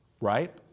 Right